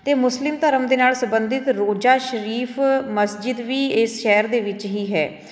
ਅਤੇ ਮੁਸਲਿਮ ਧਰਮ ਦੇ ਨਾਲ ਸੰਬੰਧਿਤ ਰੋਜ਼ਾ ਸ਼ਰੀਫ ਮਸਜਿਦ ਵੀ ਇਸ ਸ਼ਹਿਰ ਦੇ ਵਿੱਚ ਹੀ ਹੈ